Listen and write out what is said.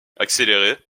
accélérée